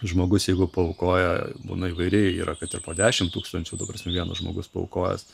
žmogus jeigu paaukoja būna įvairiai yra kad ir po dešimt tūkstančių ta prasme vienas žmogus paaukojęs